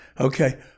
Okay